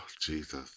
Jesus